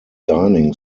dining